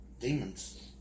Demons